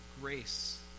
grace